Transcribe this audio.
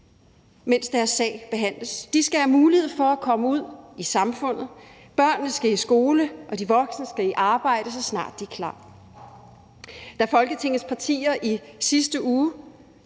mens deres sag behandles; de skal have mulighed for at komme ud i samfundet – børnene skal i skole, og de voksne skal i arbejde, så snart de er klar. Da Folketingets partier i sidste uge